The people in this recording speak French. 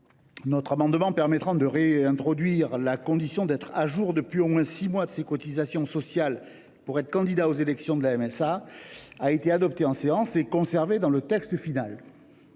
notre amendement visant à réintroduire la condition d’être à jour depuis au moins six mois de ses cotisations sociales pour être candidat aux élections de la MSA a été adopté en séance et conservé dans le texte final.